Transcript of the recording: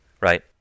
Right